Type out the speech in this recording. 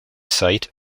site